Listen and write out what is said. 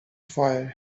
fire